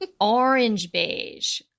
Orange-beige